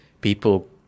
people